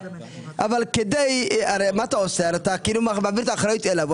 את הרי כאילו מעביר את האחריות אליו.